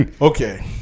Okay